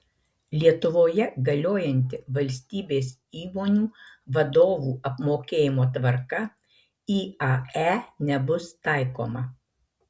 lietuvoje galiojanti valstybės įmonių vadovų apmokėjimo tvarka iae nebus taikoma